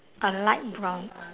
a light brown